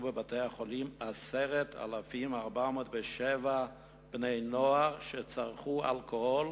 בבתי-החולים 10,407 בני-נוער שצרכו אלכוהול